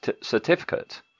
certificate